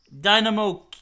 Dynamo